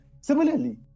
Similarly